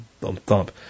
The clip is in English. thump-thump